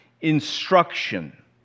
instruction